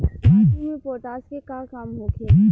माटी में पोटाश के का काम होखेला?